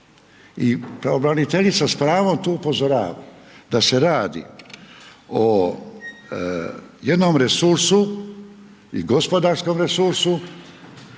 I pravobraniteljica s pravom tu upozorava da se radi o jednom resursu i gospodarskom resursu,